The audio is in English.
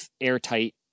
airtight